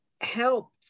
help